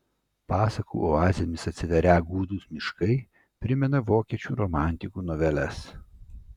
pasakų oazėmis atsiverią gūdūs miškai primena vokiečių romantikų noveles